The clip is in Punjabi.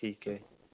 ਠੀਕ ਹੈ